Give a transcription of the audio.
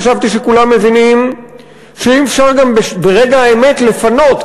חשבתי שכולם מבינים שאי-אפשר גם ברגע האמת לפנות,